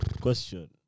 question